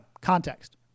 Context